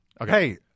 okay